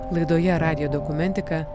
laidoje radijo dokumentika